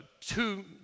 two